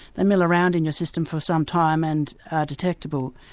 they mill around in your system for some time and are detectable.